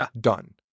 done